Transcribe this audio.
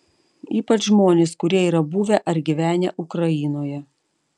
ypač žmonės kurie yra buvę ar gyvenę ukrainoje